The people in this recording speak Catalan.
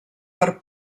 per